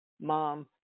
mom